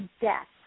death